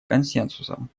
консенсусом